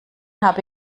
habe